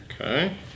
okay